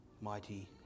mighty